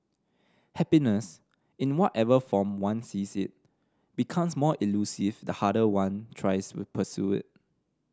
happiness in whatever form one sees it becomes more elusive the harder one tries to pursue it